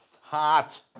hot